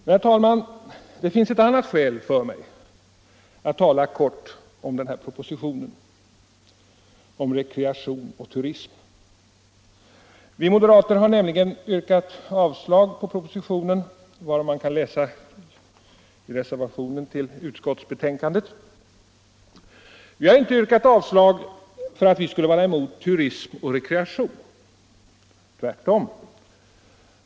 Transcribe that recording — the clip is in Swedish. Men, herr talman, det finns ett annat skäl för mig att tala kortfattat om den här propositionen om rekreation och turism. Vi moderater i utskottet har nämligen yrkat avslag på propositionen, varom man kan läsa i reservationen till utskottets betänkande nr 2. Vi har inte yrkat avslag för att vi skulle vara emot turism och rekreation. Tvärtom.